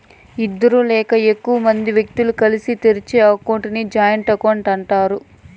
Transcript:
ఇద్దరు లేదా ఎక్కువ మంది వ్యక్తులు కలిసి తెరిచే అకౌంట్ ని జాయింట్ అకౌంట్ అంటారు